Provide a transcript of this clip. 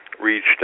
reached